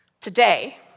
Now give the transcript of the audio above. Today